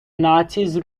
nazis